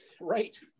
Right